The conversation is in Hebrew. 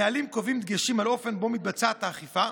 הנהלים קובעים דגשים לאופן שבו מתבצעת האכיפה,